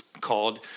called